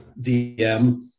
DM